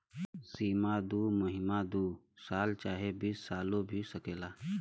सीमा दू महीना दू साल चाहे बीस सालो भी सकेला